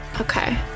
Okay